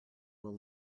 will